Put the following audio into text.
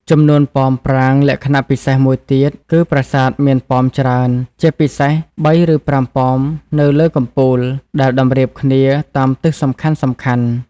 ចំនួនប៉ម ប្រាង្គលក្ខណៈពិសេសមួយទៀតគឺ ប្រាសាទមានប៉មច្រើន ជាពិសេស ៣ ឬ ៥ ប៉មនៅលើកំពូល ដែលតម្រៀបគ្នាតាមទិសសំខាន់ៗ។